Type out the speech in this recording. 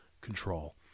control